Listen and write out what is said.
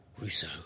Rousseau